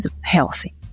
healthy